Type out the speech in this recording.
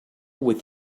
with